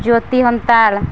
Jyoti Hantal